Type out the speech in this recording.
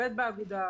שעובד באגודה,